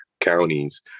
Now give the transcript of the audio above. counties